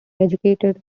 educated